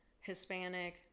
hispanic